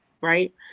right